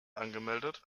angemeldet